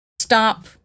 stop